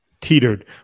teetered